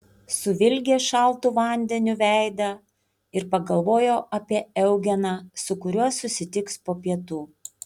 suvilgė šaltu vandeniu veidą ir pagalvojo apie eugeną su kuriuo susitiks po pietų